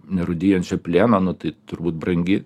nerūdijančio plieno nu tai turbūt brangi